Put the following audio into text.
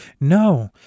No